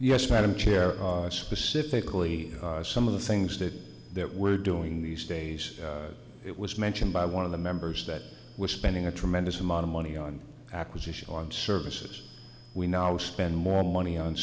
yes madam chair specifically some of the things that we're doing these days it was mentioned by one of the members that we're spending a tremendous amount of money on acquisition on services we now spend more money on